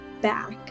back